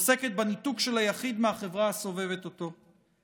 עוסקת בניתוק של היחיד מהחברה הסובבת אותו.